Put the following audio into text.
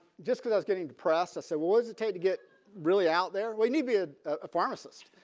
just because i was getting depressed, so was to take to get really out there, we needed a pharmacist.